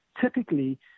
typically